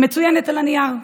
היא מצוינת על הנייר.